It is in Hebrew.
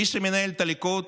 מי שמנהל את הליכוד